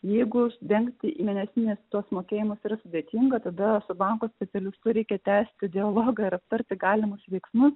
jeigu dengti mėnesinės tuos mokėjimus ir sudėtinga tada su banko specialistu reikia tęsti dialogą ir aptarti galimus veiksmus